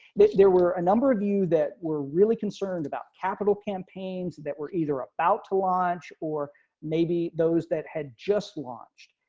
there were a number of you that were really concerned about capital campaigns that were either about to launch or maybe those that had just launched